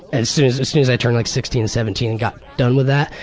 as soon as soon as i turned like sixteen, seventeen and got done with that,